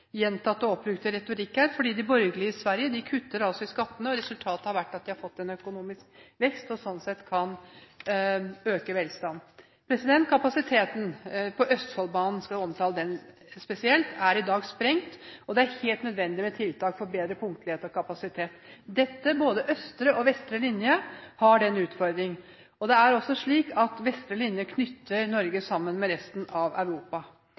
De borgerlige i Sverige kutter i skattene, og resultatet har vært at de har fått en økonomisk vekst, og sånn sett kan øke velstanden. Jeg vil omtale kapasiteten på Østfoldbanen spesielt. Den er i dag sprengt, og det er helt nødvendig med tiltak for bedre punktlighet og kapasitet. Både østre og vestre linje har den utfordringen – og vestre linje knytter Norge sammen med resten av Europa.